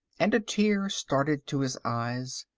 and a tear started to his eyes.